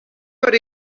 per